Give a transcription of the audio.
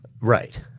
Right